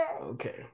okay